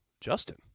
Justin